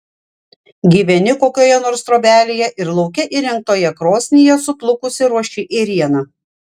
gyveni kokioje nors trobelėje ir lauke įrengtoje krosnyje suplukusi ruoši ėrieną